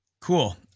Cool